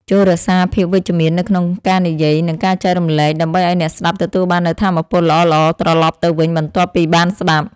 ចូររក្សាភាពវិជ្ជមាននៅក្នុងការនិយាយ និងការចែករំលែកដើម្បីឱ្យអ្នកស្តាប់ទទួលបាននូវថាមពលល្អៗត្រឡប់ទៅវិញបន្ទាប់ពីបានស្តាប់។